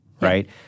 right